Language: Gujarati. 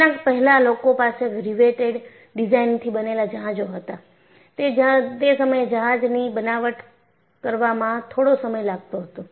તેના પહેલાં લોકો પાસે રિવેટેડ ડિઝાઇનથી બનેલા જહાજો હતા તે સમયે જહાજની બનાવટ કરવામાં થોડો સમય લાગતો હતો